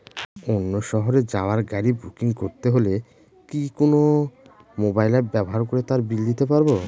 অন্য শহরে যাওয়ার গাড়ী বুকিং করতে হলে কি কোনো মোবাইল অ্যাপ ব্যবহার করে তার বিল দিতে পারব?